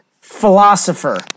philosopher